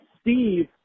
Steve